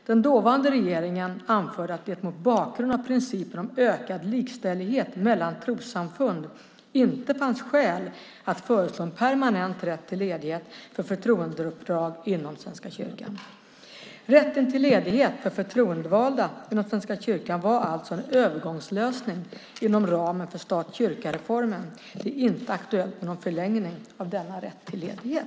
Den dåvarande regeringen anförde att det mot bakgrund av principen om ökad likställighet mellan trossamfund inte fanns skäl att föreslå en permanent rätt till ledighet för förtroendeuppdrag inom Svenska kyrkan . Rätten till ledighet för förtroendevalda inom Svenska kyrkan var alltså en övergångslösning inom ramen för stat-kyrka-reformen. Det är inte aktuellt med någon förlängning av denna rätt till ledighet.